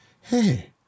hey